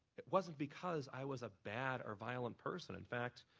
it wasn't because i was a bad or violent person, in fact,